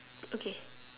okay